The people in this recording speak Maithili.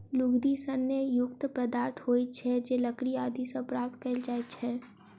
लुगदी सन युक्त पदार्थ होइत छै जे लकड़ी आदि सॅ प्राप्त कयल जाइत छै